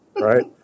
Right